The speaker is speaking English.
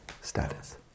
status